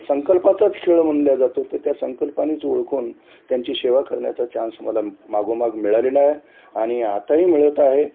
संकल्पाचाच खेळ म्हणला जातो तर त्या संकल्पानीच ओळखून त्यांची सेवा करण्याचा चान्स मला मागोमाग मिळालेला आहे आणि आताही मिळत आहे